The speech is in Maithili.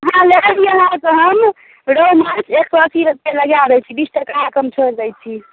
अहाँ लए लिअ माँछ हम रोहु माँछ एक सए अस्सीए रूपए लगा दै छी बीस टका अहाँके हम छोड़ि दै छी